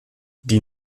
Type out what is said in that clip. die